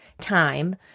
time